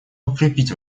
укрепить